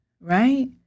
right